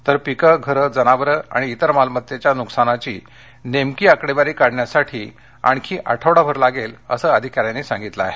तर पीकं घरं जनावरं आणि इतर मालमत्तेच्या नुकसानीची नेमकी आकडेवारी काढण्यासाठी आणखी आठवडाभर लागेल असं अधिकाऱ्यांनी सांगितलं आहे